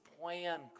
plan